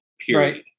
Period